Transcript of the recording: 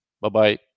Bye-bye